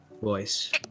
voice